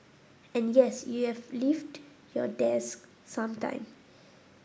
and yes you have leaved your desk sometime